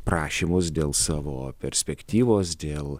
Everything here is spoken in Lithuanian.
prašymus dėl savo perspektyvos dėl